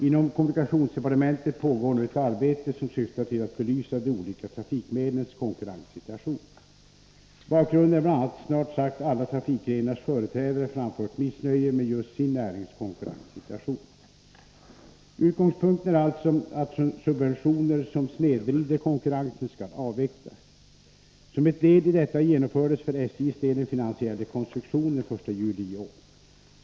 Inom kommunikationsdepartementet pågår nu ett arbete som syftar till att belysa de olika trafikmedlens konkurrenssituation. Bakgrunden är bl.a. att snart sagt alla trafikgrenars företrädare framfört missnöje med just sin närings konkurrenssituation. Utgångspunkten är alltså att subventioner som snedvrider konkurrensen skall avvecklas. Som ett led i detta genomfördes för SJ:s del en finansiell rekonstruktion den 1 juli i år.